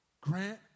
Grant